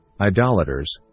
idolaters